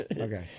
Okay